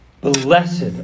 blessed